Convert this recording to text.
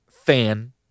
fan